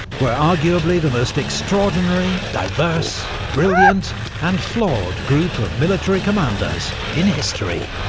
were arguably the most extraordinary, diverse, brilliant and flawed group of military commanders in history.